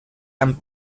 and